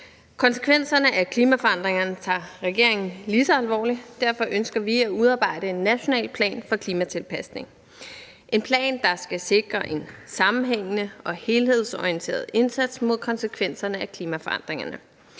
Konsekvenserne af klimaforandringerne tager regeringen lige så alvorligt. Derfor ønsker vi at udarbejde en national plan for klimatilpasning – en plan, der skal sikre en sammenhængende og helhedsorienteret indsats mod konsekvenserne af klimaforandringerne,